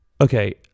Okay